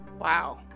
Wow